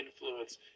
Influence